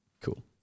Cool